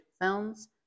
films